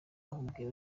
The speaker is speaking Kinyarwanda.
aramubwira